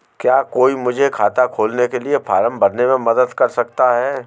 क्या कोई मुझे खाता खोलने के लिए फॉर्म भरने में मदद कर सकता है?